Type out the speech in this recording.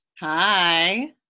hi